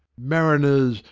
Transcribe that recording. mariners,